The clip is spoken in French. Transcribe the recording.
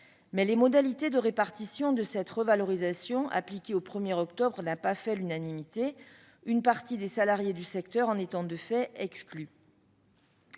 Mais les modalités de répartition de cette revalorisation appliquée au 1 octobre n'ont pas fait l'unanimité, une partie des salariés du secteur en étant de fait exclue.